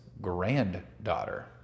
granddaughter